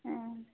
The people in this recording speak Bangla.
হ্যাঁ